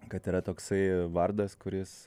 kad yra toksai vardas kuris